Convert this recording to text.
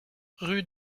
rue